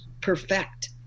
perfect